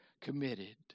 committed